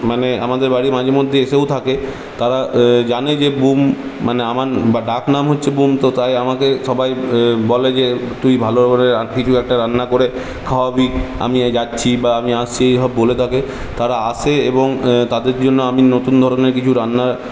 মানে আমাদের বাড়ি মাঝে মধ্যে এসেও থাকে তারা জানে যে বুম মানে আমার ডাক নাম হছে বুম তো তাই আমাকে সবাই বলে যে তুই ভালো করে কিছু একটা রান্না করে খাওয়াবি আমি যাচ্ছি বা আমি আসছি এইসব বলে থাকে তারা আসে এবং তাদের জন্য আমি নতুন ধরণের কিছু রান্না